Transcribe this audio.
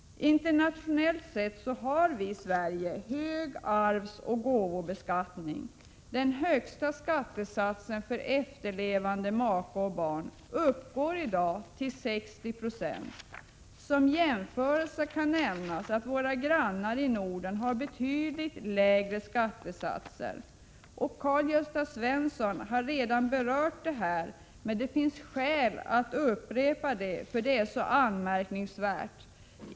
Internationellt sett har vi i Sverige hög arvsoch gåvoskatt. Den högsta Prot. 1987/88:90 skattesatsen för efterlevande make och barn uppgår i dag till 60 96. Som 23 mars 1988 jämförelse kan nämnas att våra grannar i Norden har betydligt lägre skattesatser. Karl-Gösta Svenson har redan berört detta, men det finns skäl att upprepa detta, eftersom det är så anmärkningsvärt.